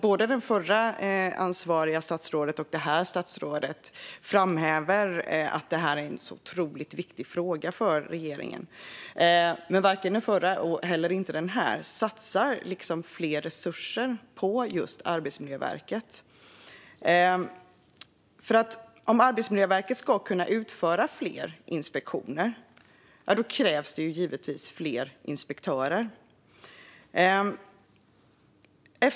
Både det förra ansvariga statsrådet och det nuvarande statsrådet framhäver att det här är en så otroligt viktig fråga för regeringen, men varken det förra statsrådet eller det nuvarande satsar mer resurser på just Arbetsmiljöverket. Om Arbetsmiljöverket ska kunna utföra fler inspektioner krävs det givetvis mer inspektörer.